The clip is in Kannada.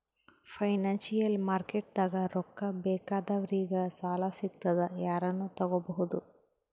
ಫೈನಾನ್ಸಿಯಲ್ ಮಾರ್ಕೆಟ್ದಾಗ್ ರೊಕ್ಕಾ ಬೇಕಾದವ್ರಿಗ್ ಸಾಲ ಸಿಗ್ತದ್ ಯಾರನು ತಗೋಬಹುದ್